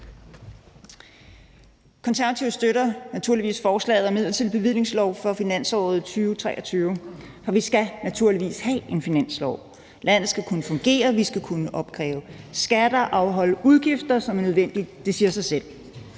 Konservative støtter naturligvis forslaget om en midlertidig bevillingslov for finansåret 2023, for vi skal naturligvis have en finanslov. Landet skal kunne fungere, og vi skal kunne opkræve skatter og afholde udgifter som nødvendigt. Det siger sig selv.